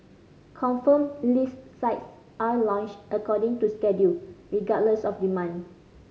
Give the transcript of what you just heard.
confirmed list sites are launched according to schedule regardless of demand